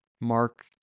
mark